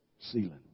ceiling